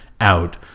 out